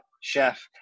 chef